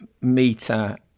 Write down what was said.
meter